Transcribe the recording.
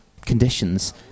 conditions